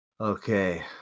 Okay